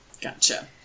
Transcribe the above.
gotcha